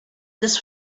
this